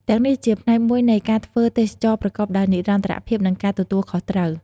ទាំងនេះជាផ្នែកមួយនៃការធ្វើទេសចរណ៍ប្រកបដោយនិរន្តរភាព និងការទទួលខុសត្រូវ ។